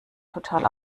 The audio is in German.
total